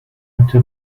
into